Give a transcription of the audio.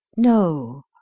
No